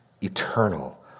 eternal